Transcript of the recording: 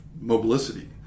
Mobility